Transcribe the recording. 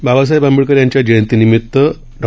बाबासाहेब आंबेडकर यांच्या जयंतीनिमित्त डॉ